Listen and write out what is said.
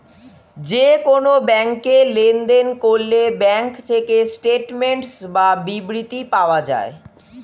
যে কোন ব্যাংকে লেনদেন করলে ব্যাঙ্ক থেকে স্টেটমেন্টস বা বিবৃতি পাওয়া যায়